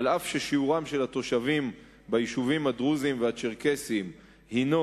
אף ששיעורם של התושבים ביישובים הדרוזיים והצ'רקסיים הינו